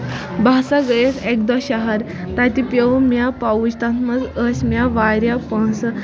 بہٕ ہسا گٔیس اَکہِ دۄہ شہر تَتہِ پیوٚو مےٚ پاوُچ تَتھ منٛز ٲسۍ مےٚ واریاہ پۄنٛسہٕ